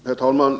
Herr talman!